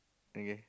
okay